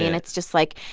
and it's just, like,